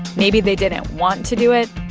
maybe they didn't want to do it,